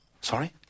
Sorry